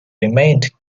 remained